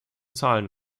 zahlen